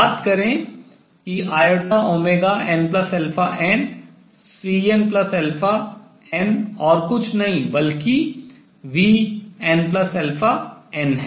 याद करें कि innCnn और कुछ नहीं बल्कि vnn है